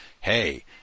hey